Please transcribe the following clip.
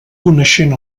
coneixent